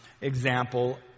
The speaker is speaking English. example